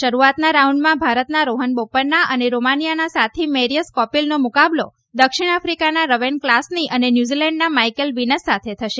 શરૂઆતના રાઉન્ડમાં ભારતના રોહન બોપાન્ના અને રોમાનીયાના સાથી મેરીયસ કોપીલનો મુકાબલો દક્ષિણ આફિકાના રવેન કલાસની અને ન્યુઝીલેન્ડના માઇકેલ વિનસ સાથે થશે